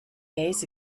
days